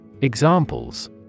Examples